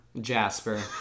Jasper